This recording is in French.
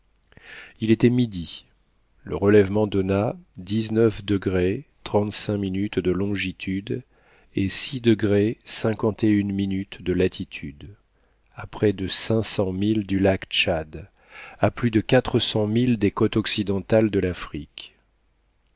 il était midi le relèvement donna de longitude et de latitude à près de cinq cents milles du lac tchad à plus de quatre cents milles des côtes occidentales de l'afrique